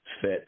fit